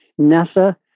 NASA